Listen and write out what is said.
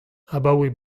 abaoe